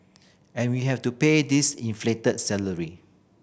and we have to pay these inflated salary